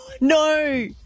No